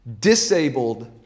disabled